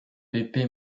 pepe